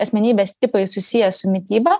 asmenybės tipai susiję su mityba